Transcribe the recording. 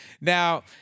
Now